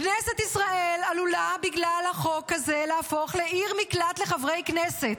כנסת ישראל עלולה בגלל החוק הזה להפוך לעיר מקלט לחברי כנסת.